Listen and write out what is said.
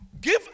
Give